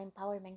empowerment